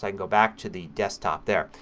like go back to the desktop there.